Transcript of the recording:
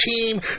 team